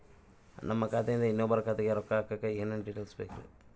ನಮ್ಮ ಖಾತೆಯಿಂದ ಇನ್ನೊಬ್ಬರ ಖಾತೆಗೆ ರೊಕ್ಕ ಹಾಕಕ್ಕೆ ಏನೇನು ಡೇಟೇಲ್ಸ್ ಬೇಕರಿ?